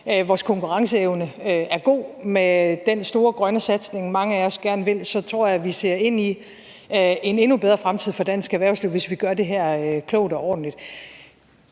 vores konkurrenceevne er god. Med den store grønne satsning, mange af os gerne vil, tror jeg vi ser ind i en endnu bedre fremtid for dansk erhvervsliv, hvis vi gør det her klogt og ordentligt,